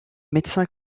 médecin